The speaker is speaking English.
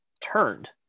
turned